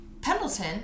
Pendleton